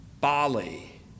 Bali